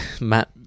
Matt